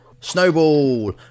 Snowball